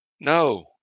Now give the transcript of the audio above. No